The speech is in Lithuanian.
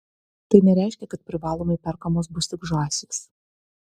tai nereiškia kad privalomai perkamos bus tik žąsys